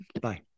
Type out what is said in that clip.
Bye